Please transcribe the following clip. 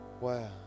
Wow